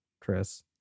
Chris